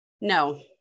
no